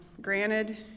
granted